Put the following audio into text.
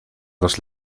los